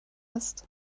ist